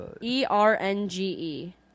E-R-N-G-E